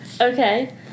Okay